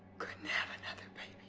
couldn't have another